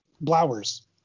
Blowers